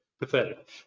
pathetic